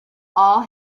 all